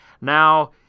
Now